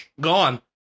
gone